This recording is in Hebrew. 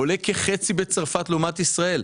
עולה כחצי בצרפת לעומת ישראל.